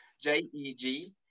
J-E-G